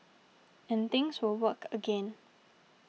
and things will work again